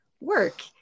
work